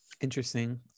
interesting